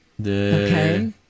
Okay